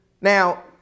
Now